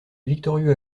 victorieux